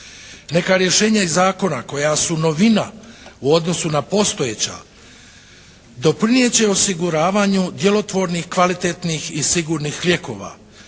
Neka rješenja iz zakona koja su novina u odnosu na postojeća doprinijet će osiguravanju djelotvornih, kvalitetnih i sigurnih lijekova.